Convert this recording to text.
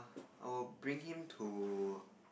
I will bring him to